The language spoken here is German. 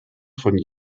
von